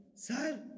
Sir